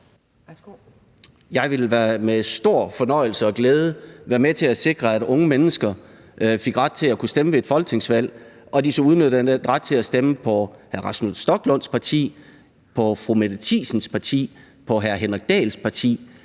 Jeg ville med stor fornøjelse og glæde være med til at sikre, at unge mennesker fik ret til at stemme ved et folketingsvalg, og at de udnyttede den ret til at stemme på hr. Rasmus Stoklunds parti, på fru Mette Thiesens parti, på hr. Henrik Dahls parti.